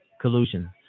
collusion